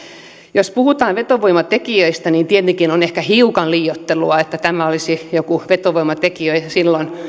jos puhutaan vetovoimatekijöistä niin tietenkin on ehkä hiukan liioittelua että tämä olisi joku vetovoimatekijä silloin